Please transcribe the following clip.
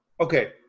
okay